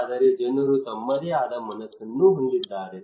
ಆದರೆ ಜನರು ತಮ್ಮದೇ ಆದ ಮನಸ್ಸನ್ನು ಹೊಂದಿದ್ದಾರೆ